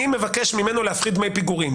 אני מבקש ממנו להפחית דמי פיגורים.